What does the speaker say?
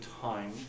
time